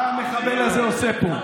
מה המחבל הזה עושה פה?